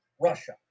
Russia